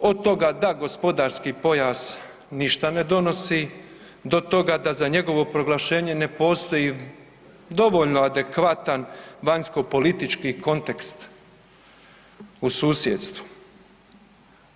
od toga da gospodarski pojas ništa ne donosi do toga da za njegovo proglašenje ne postoji dovoljno adekvatan vanjsko-politički kontekst u susjedstvu.